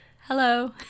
Hello